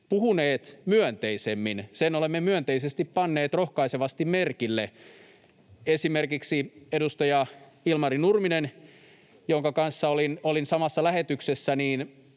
puhuneet myönteisemmin, sen olemme panneet rohkaisevasti merkille. Esimerkiksi edustaja Ilmari Nurminen, jonka kanssa olin samassa lähetyksessä,